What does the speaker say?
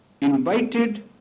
invited